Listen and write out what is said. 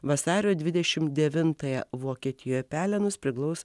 vasario dvidešimt devintąją vokietijoje pelenus priglaus